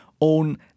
own